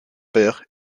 paire